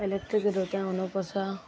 एलेक्ट्रिकहरू त्यहाँ हुनुपर्छ